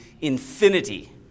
infinity